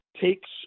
takes